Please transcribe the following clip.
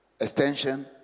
extension